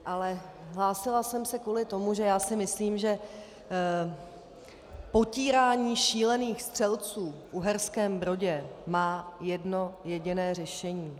Ale hlásila jsem se kvůli tomu, že si myslím, že potírání šílených střelců v Uherském Brodě má jedno jediné řešení.